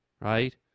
right